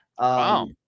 Wow